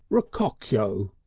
rockcockyo,